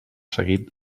seguit